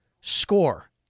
score